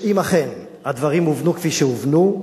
שאם אכן הדברים הובנו כפי שהובנו,